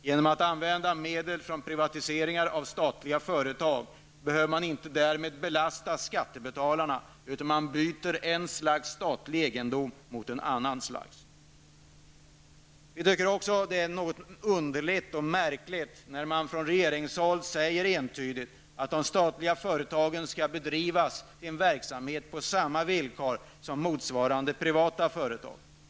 Genom att använda medel från privatiseringarna av statliga företag behöver man inte belasta skattebetalarna, utan man byter ett slags statlig egendom mot ett annan slags. Vi tycker också att det är något underligt och märkligt när man från regeringshåll entydigt säger att de statliga företagen skall bedriva sin verksamhet på samma villkor som motsvarande privata företag gör.